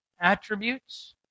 attributes